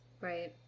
Right